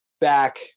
back